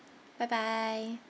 bye bye